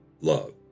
love